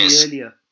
earlier